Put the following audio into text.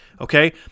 Okay